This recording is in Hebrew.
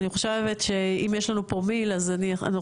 אני חושבת שאם יש לנו פרומיל אז אנחנו